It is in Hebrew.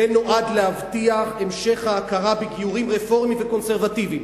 זה נועד להבטיח המשך ההכרה בגיורים רפורמיים וקונסרבטיביים.